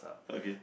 okay